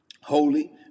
holy